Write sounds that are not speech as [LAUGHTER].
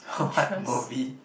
[LAUGHS] what movie